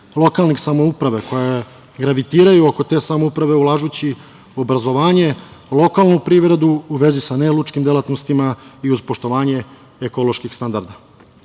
lokalnih samouprava koje gravitiraju oko te samouprave ulažući obrazovanje, lokalnu privredu u vezi sa nelučkim delatnostima i uz poštovanje ekoloških standarda. Takođe,